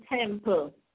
temple